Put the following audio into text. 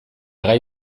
gai